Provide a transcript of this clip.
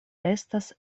estas